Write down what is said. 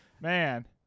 man